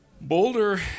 Boulder